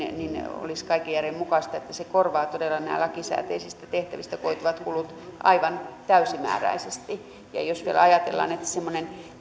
olisi kaiken järjen mukaista että se korvaa todella nämä lakisääteisistä tehtävistä koituvat kulut aivan täysimääräisesti ja jos vielä ajatellaan että semmoinen